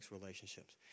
relationships